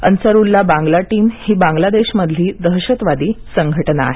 Ansarullah Bangla Team ही बांगलादेशमधली दहशतवादी संघटना आहे